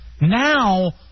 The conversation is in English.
Now